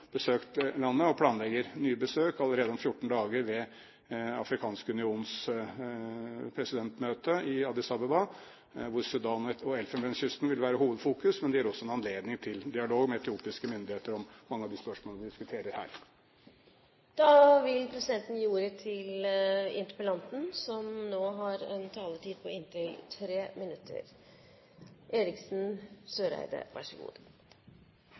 besøkt landet og planlegger nye besøk, allerede om 14 dager ved Den afrikanske unions presidentmøte i Addis Abeba. Sudan og Elfenbenskysten vil være hovedfokus, men det gir også en anledning til dialog med etiopiske myndigheter om mange av de spørsmålene vi diskuterer her. Jeg takker statsråden for svaret. Jeg synes likevel at statsråden viser enormt liten vilje til å gå inn i de substansielle problemstillinger som Human Rights Watch-rapporten, og for så